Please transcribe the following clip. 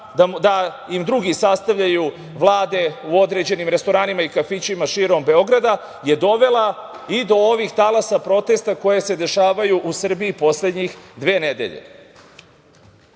da im drugi sastavljaju vlade u određenim restoranima i kafićima širom Beograda, je dovela i do ovih talasa protesta koji se dešavaju u Srbiji poslednjih dve